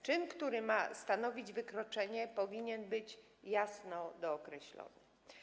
Czyn, który ma stanowić wykroczenie, powinien być jasno dookreślony.